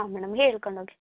ಹಾಂ ಮೇಡಮ್ ಹೇಳಿಕೊಂಡೋಗಿ